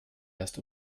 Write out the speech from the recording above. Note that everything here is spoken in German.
erst